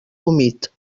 humit